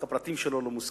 רק הפרטים שלו לא מוסכמים.